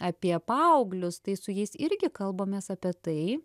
apie paauglius tai su jais irgi kalbamės apie tai